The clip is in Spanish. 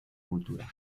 cultura